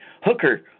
Hooker